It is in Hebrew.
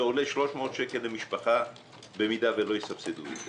זה עולה 300 שקלים לילד במידה ולא יסבסדו את זה.